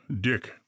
dick